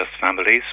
families